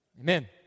Amen